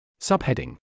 Subheading